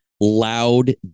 loud